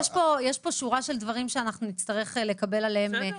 יש פה שורה של דברים שאנחנו נצטרך לקבל עליהם החלטות.